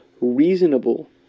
reasonable